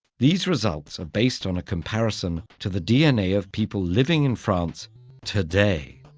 these results are based on a comparison to the dna of people living in france today.